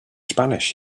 spanish